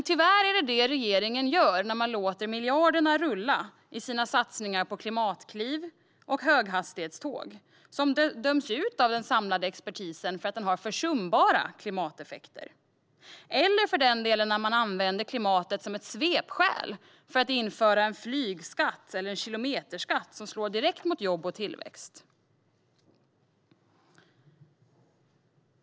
Tyvärr är det vad regeringen gör när man låter miljarderna rulla i sina satsningar på klimatkliv och höghastighetståg, som döms ut av den samlade expertisen för att de har försumbara klimateffekter, eller när man använder klimatet som ett svepskäl för att införa en flygskatt eller en kilometerskatt, som slår direkt mot jobb och tillväxt.